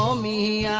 um me